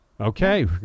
Okay